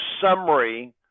summary